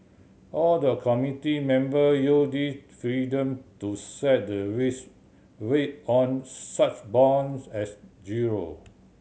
all the committee member use this freedom to set the risk weight on such bonds as zero